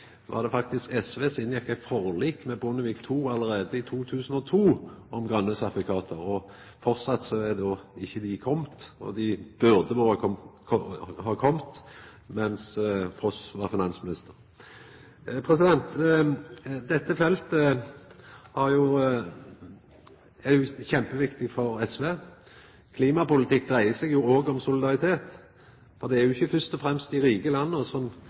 var det faktisk SV som allereie i 2002 inngjekk eit forlik med Bondevik II om grøne sertifikat. Framleis er dei ikkje komne. Dei burde ha kome mens Foss var finansminister. Dette feltet er kjempeviktig for SV. Klimapolitikk dreier seg òg om solidaritet. Det er ikkje først og fremst dei rike